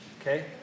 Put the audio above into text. Okay